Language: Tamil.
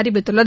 அறிவித்துள்ளது